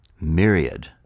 myriad